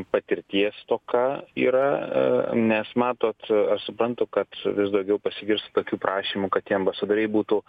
patirties stoka yra a nes matot aš suprantu kad vis daugiau pasigirsta tokių prašymų kad tie ambasadoriai būtų